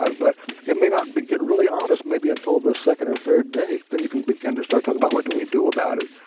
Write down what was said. ah but it may not be get really honest maybe until the second or third day. then you can begin to start talking about what do we do about it,